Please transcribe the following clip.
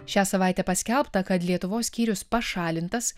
šią savaitę paskelbta kad lietuvos skyrius pašalintas